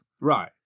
Right